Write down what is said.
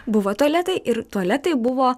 buvo tualetai ir tualetai buvo